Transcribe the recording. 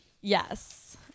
Yes